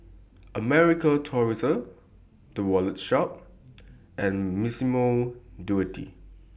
American Tourister The Wallet Shop and Massimo Dutti